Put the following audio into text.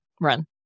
run